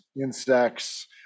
insects